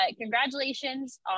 congratulations